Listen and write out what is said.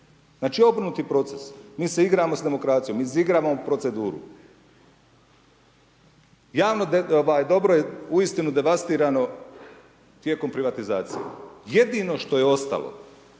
znači obrnuti proces. Mi se igramo s demokracijom, mi izigramo proceduru. Javno dobro je uistinu devastirano tijekom privatizacije. Jedino što je ostalo,